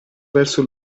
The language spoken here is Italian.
verso